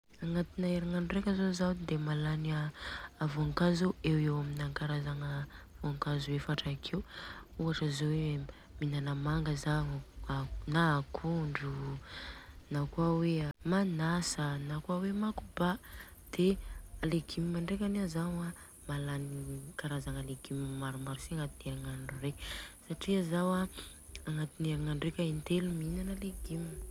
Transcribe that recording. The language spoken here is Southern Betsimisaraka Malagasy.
Agnatina erignandro reka zô zaho de malany eo ho eo amina karazagna voankazo efatra akeo, ohatra zô hoe minana manga zao, na akondro o, nakôa hoe a manasa a, nakôa hoe makoba. De légume ndrekany an zao ma malany a karazagna légume maro maro si agnatiny erignandro reka, satria zao an agnatiny erignandro reka intelo minana légume.